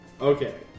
Okay